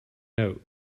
note